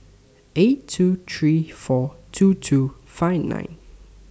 eight two three four two two five nine